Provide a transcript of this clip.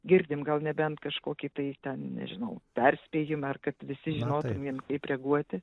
girdim gal nebent kažkokį tai ten nežinau perspėjimą ar kad visi žinotumėm kaip reaguoti